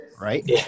right